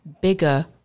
bigger